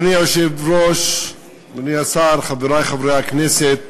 אדוני היושב-ראש, אדוני השר, חברי חברי הכנסת,